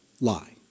lie